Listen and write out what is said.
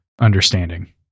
understanding